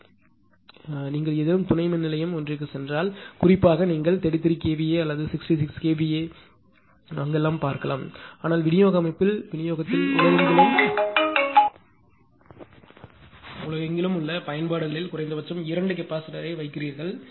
எனவே நீங்கள் ஏதேனும் துணை மின்நிலையம் ஒன்றிற்குச் சென்றால் குறிப்பாக நீங்கள் 33 kVA அல்லது 66 kVA அதையெல்லாம் பார்க்கலாம் ஆனால் விநியோக அமைப்பில் விநியோகத்தில் உலகெங்கிலும் உள்ள பயன்பாடுகளில் குறைந்தபட்சம் 2 கெபாசிட்டர்யை வைக்கிறார்கள்